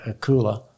cooler